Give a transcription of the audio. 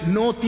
no